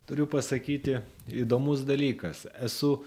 turiu pasakyti įdomus dalykas esu